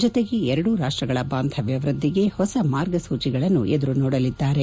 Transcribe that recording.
ಜತೆಗೆ ಎರಡೂ ರಾಷ್ಷಗಳ ಬಾಂಧವ್ಯ ವ್ಯದ್ದಿಗೆ ಹೊಸ ಮಾರ್ಗಗಳನ್ನು ಎದುರು ನೋಡಲಿದ್ದಾರೆ